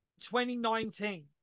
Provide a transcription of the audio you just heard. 2019